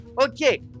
Okay